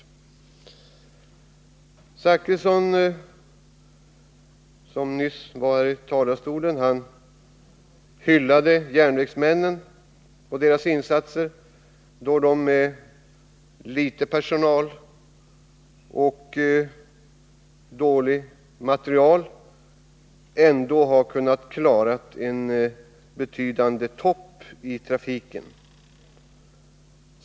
Bertil Zachrisson, som nyss var i talarstolen, hyllade järnvägsmännen och deras insats, då de med liten personal och dålig materiel ändå har kunnat klara en betydande topp i trafiken.